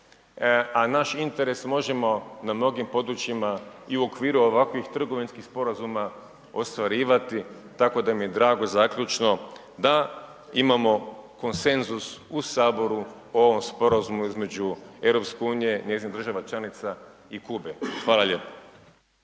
a naš interes možemo na mnogim područjima i u okviru ovakvih trgovinskih sporazuma ostvarivati. Tako da mi je drago zaključno da imamo konsenzus u Saboru o ovom sporazumu između EU, njezinih država članica i Kube. Hvala lijepa.